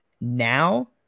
now